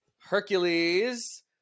Hercules